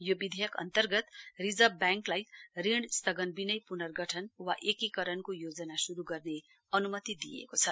यस विधेयक अन्तर्गत रिजर्भ ब्याङ्कलाई ऋण स्थगन बिनै प्नर्गठन वा एकीकरणको योजना स्रु गर्ने अन्मति दिइएको छ